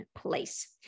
place